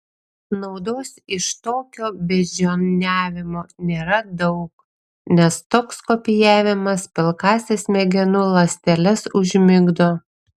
naudos iš tokio beždžioniavimo nėra daug nes toks kopijavimas pilkąsias smegenų ląsteles užmigdo